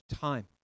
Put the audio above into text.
time